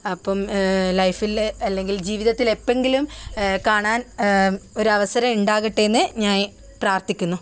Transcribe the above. അപ്പം ലൈഫിൽ അല്ലെങ്കിൽ ജീവിതത്തിൽ എപ്പോഴെങ്കിലും കാണാൻ ഒരു അവസരം ഉണ്ടാകട്ടെ എന്ന് ഞാൻ പ്രാർത്ഥിക്കുന്നു